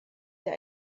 der